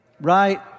Right